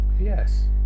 Yes